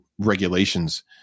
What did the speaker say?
regulations